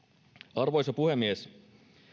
arvoisa puhemies